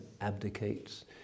abdicates